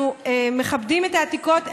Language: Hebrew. אנחנו מכבדים את העתיקות,